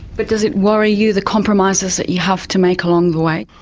but does it worry you the compromises that you have to make along the way?